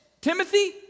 Timothy